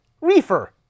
reefer